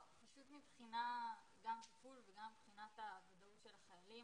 גם מבחינת טיפול וגם מבחינת הוודאות של החיילים.